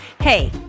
Hey